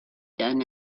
done